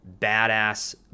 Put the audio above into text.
badass